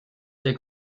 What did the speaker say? der